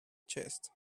chest